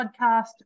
podcast